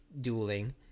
dueling